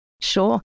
Sure